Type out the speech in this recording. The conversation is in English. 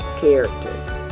character